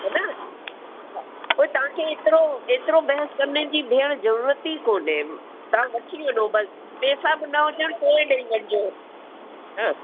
हा न हा पोइ तव्हांखे एतिरो एतिरो बहस करण जी भेण ज़रूरत ई कोन्हे तव्हां वठी वञो बसि पैसा बि न हुजनि पोइ ॾेई वञिजो हा